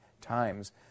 times